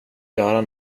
göra